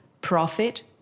profit